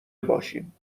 باشیم